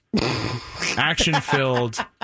action-filled